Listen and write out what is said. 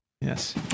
Yes